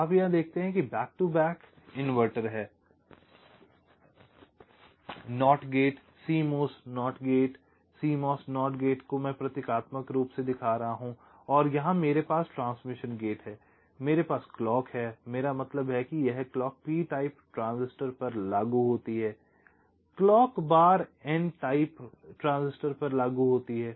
आप यहाँ देखते हैं कि बैक टू बैक इनवर्टर हैं NOT gate CMOS not gate CMOS not gate को मैं प्रतीकात्मक रूप से दिखा रहा हूँ और यहाँ मेरे पास ट्रांसमिशन गेट है मेरे पास क्लॉक है मेरा मतलब है कि यह क्लॉक p टाइप ट्रांजिस्टर पर लागू होती है clock bar n type transistor पर लागू होती है